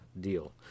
deal